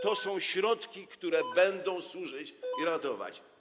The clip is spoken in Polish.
To są środki, które będą służyć i ratować.